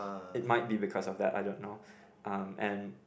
it might be because of that I don't know um and